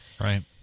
Right